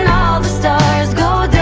the stars go